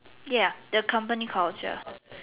ya the company culture